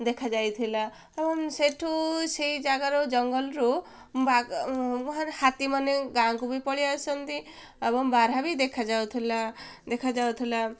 ଦେଖାଯାଇଥିଲା ଏବଂ ସେଠୁ ସେଇ ଜାଗାର ଜଙ୍ଗଲରୁ ହାତୀମାନେ ଗାଁକୁ ବି ପଳାଇ ଆସନ୍ତି ଏବଂ ବାରହା ବି ଦେଖାଯାଉଥିଲା ଦେଖାଯାଉଥିଲା